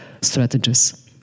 strategies